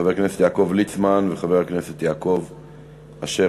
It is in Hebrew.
חבר הכנסת יעקב ליצמן וחבר הכנסת יעקב אשר.